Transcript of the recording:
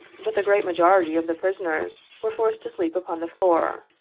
but the great majority of the prison ers were forced to sleep upon the floor,